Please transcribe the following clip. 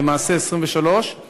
למעשה 23 שנים,